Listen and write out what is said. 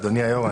אדוני היו"ר,